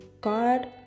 God